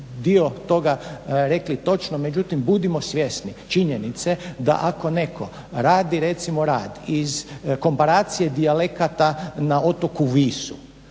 dio toga rekli točno, međutim, budimo svjesni činjenice da ako netko radi recimo rad iz komparacije dijalekata na otoku Visu